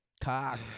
cock